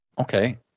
Okay